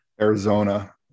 Arizona